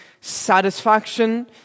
satisfaction